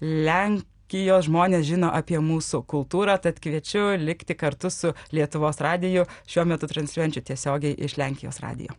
lenkijos žmonės žino apie mūsų kultūrą tad kviečiu likti kartu su lietuvos radiju šiuo metu transliuojančių tiesiogiai iš lenkijos radijo